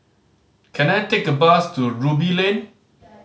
can I take a bus to Ruby Lane